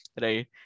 right